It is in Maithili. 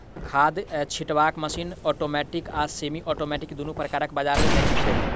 खाद छिटबाक मशीन औटोमेटिक आ सेमी औटोमेटिक दुनू प्रकारक बजार मे भेटै छै